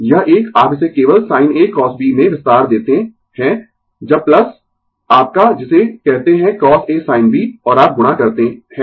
यह एक आप इसे केवल sin A cos B में विस्तार देते है जब आपका जिसे कहते है cos A sin B और आप गुणा करते है